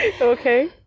Okay